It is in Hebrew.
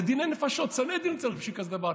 זה דיני נפשות, סנהדרין צריך בשביל כזה דבר.